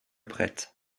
prête